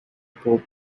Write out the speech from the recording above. pope